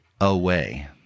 away